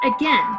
again